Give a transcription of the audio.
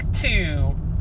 two